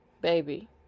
baby